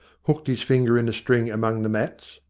hooked his finger in the string among the mats,